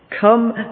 Come